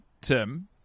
Tim